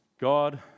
God